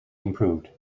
improved